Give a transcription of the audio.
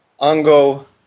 Ango